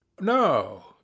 no